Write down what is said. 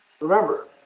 remember